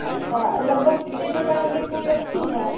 अच्छा लगभग कितने प्रकार के फूल रखती हैं आप